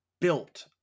built